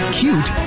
cute